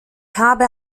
habe